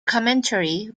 commentary